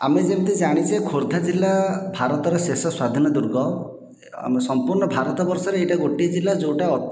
ଆମେ ଯେମିତି ଜାଣିଛେ ଖୋର୍ଦ୍ଧା ଜିଲ୍ଲା ଭାରତର ଶେଷ ସ୍ଵାଧୀନ ଦୁର୍ଗ ସମ୍ପୂର୍ଣ୍ଣ ଭାରତ ବର୍ଷରେ ଏଇଟା ଗୋଟିଏ ଜିଲ୍ଲା ଯେଉଁଟା